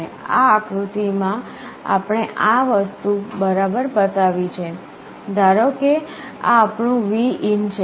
આ આકૃતિમાં આપણે આ વસ્તુ બરાબર બતાવી છે ધારો કે આ આપણું Vin છે